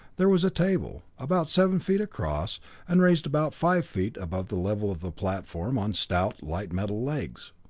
there was a table, about seven feet across and raised about five feet above the level of the platform on stout light-metal legs.